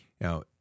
Now